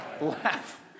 Laugh